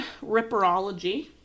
Ripperology